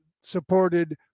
supported